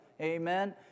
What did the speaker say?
Amen